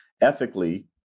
Ethically